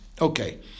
Okay